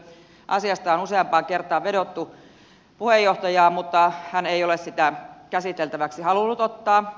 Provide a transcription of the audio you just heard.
asiasta on useampaan kertaan vedottu puheenjohtajaan mutta hän ei ole sitä käsiteltäväksi halunnut ottaa